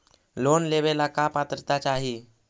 Loan लेवेला का पात्रता चाही?